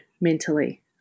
mentally